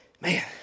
man